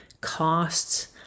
Costs